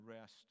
rest